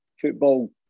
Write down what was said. Football